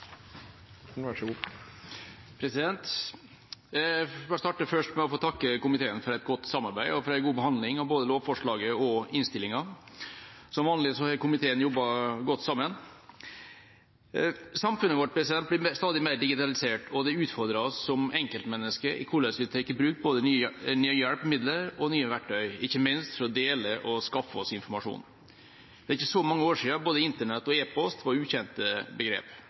starte med å takke komiteen for et godt samarbeid og for en god behandling av både lovforslaget og innstillinga. Som vanlig har komiteen jobbet godt sammen. Samfunnet vårt blir stadig mer digitalisert. Det utfordrer oss som enkeltmenneske i hvordan vi tar i bruk både nye hjelpemidler og nye verktøy, ikke minst for å dele og å skaffe oss informasjon. Det er ikke så mange år siden både Internett og e-post var ukjente